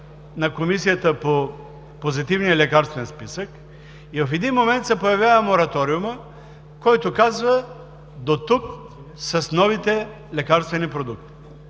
на Комисията по Позитивния лекарствен списък. В един момент се появява мораториумът, който казва: „Дотук с новите лекарствени продукти!“.